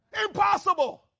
Impossible